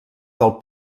del